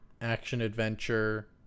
action-adventure